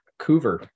Coover